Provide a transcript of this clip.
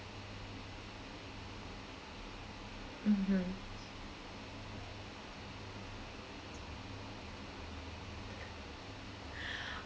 mmhmm